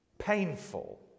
painful